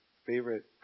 favorite